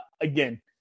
again